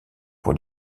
pour